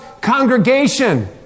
congregation